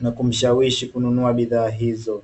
na kumshawishi kununua bidhaa hizo.